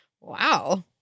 Wow